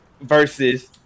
versus